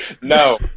no